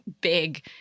big